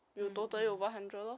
mm mm mm